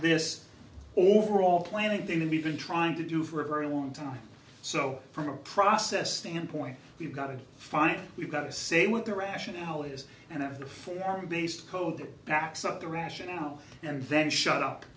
this overall plan i didn't even trying to do for a very long time so from a process standpoint we've got to find we've got to say what the rationale is and of the form based code that backs up the rationale and then shut up